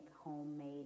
homemade